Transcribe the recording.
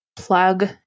plug